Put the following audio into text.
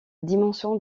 dimension